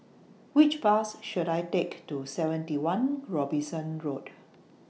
Which Bus should I Take to seventy one Robinson Road